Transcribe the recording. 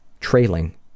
trailing